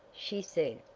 she said.